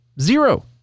zero